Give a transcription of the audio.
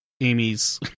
Amy's